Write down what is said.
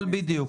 בדיוק.